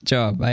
Job